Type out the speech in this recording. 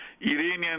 Iranian